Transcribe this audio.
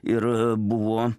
ir buvo